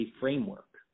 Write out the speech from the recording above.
framework